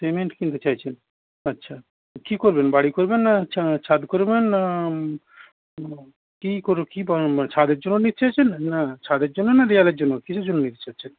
cement কিনতে চাইছেন আচ্ছা কী করবেন বাড়ি করবেন না চা ছাদ করবেন না কী করো কী বানাবেন মানে ছাদের জন্য নিচ্ছেন সিমেন্ট না ছাদের জন্য না দেওয়ালের জন্য কীসের জন্য নিচ্ছেন হচ্ছে